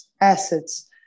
assets